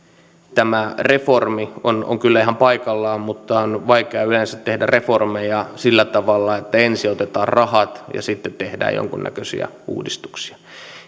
tämä reformi on on kyllä ihan paikallaan mutta on vaikea yleensä tehdä reformeja sillä tavalla että ensin otetaan rahat ja sitten tehdään jonkinnäköisiä uudistuksia